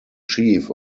chief